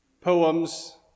poems